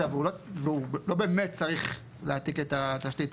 והוא לא באמת צריך להעתיק את התשתית,